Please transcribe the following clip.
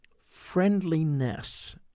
Friendliness